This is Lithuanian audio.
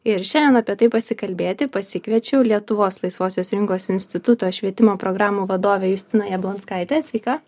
ir šiandien apie tai pasikalbėti pasikviečiau lietuvos laisvosios rinkos instituto švietimo programų vadovę justiną jablonskaitę sveika